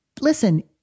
listen